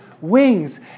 wings